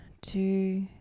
two